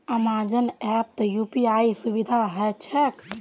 Amazon ऐपत यूपीआईर सुविधा ह छेक